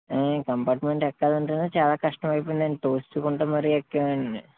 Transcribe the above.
ఆయి కంపార్ట్మెంట్ ఎక్కాలంటేనే చాలా కష్టమైపోయింది అండి తోసుకుంటూ మరీ ఎక్కామండీ